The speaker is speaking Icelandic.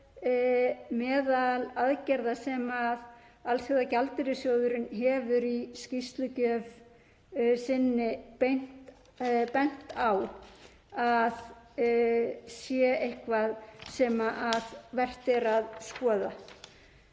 meðal aðgerða sem Alþjóðagjaldeyrissjóðurinn hefur í skýrslugjöf sinni bent á að sé eitthvað sem vert er að skoða.